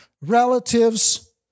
relatives